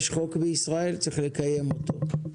יש חוק בישראל וצריך לקיים אותו.